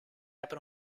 apre